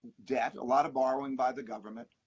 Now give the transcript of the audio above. debt, a lot of borrowing by the government.